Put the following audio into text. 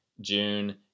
June